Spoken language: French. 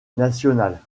national